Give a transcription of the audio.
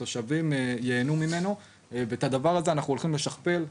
התושבים ייהנו ממנו ואת הדבר הזה אנחנו הולכים לשכפל.